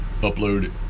upload